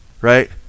right